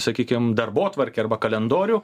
sakykim darbotvarkę arba kalendorių